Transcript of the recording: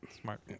smart